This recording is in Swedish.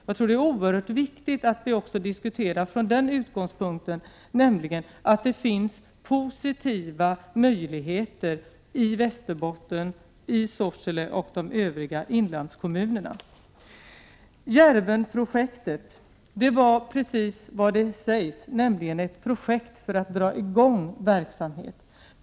Jag tror att det är oerhört viktigt att vi också diskuterar från den utgångspunkten, nämligen att det finns positiva möjligheter i Västerbotten, i Sorsele och i de övriga inlandskommunerna. Djärvenprojektet var, precis som namnet säger, ett projekt för att dra i gång verksamhet.